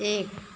एक